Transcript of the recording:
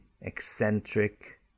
eccentric